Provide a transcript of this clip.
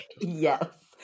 yes